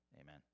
amen